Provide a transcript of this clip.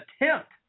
attempt